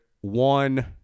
One